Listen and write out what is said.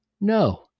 No